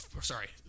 Sorry